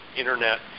internet